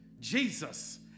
Jesus